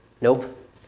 Nope